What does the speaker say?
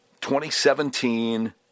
2017